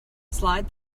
slide